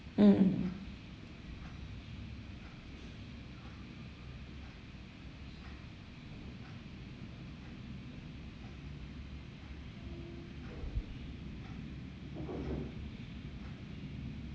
mm